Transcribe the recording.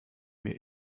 mir